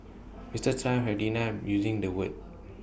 Mister Trump has denied using the word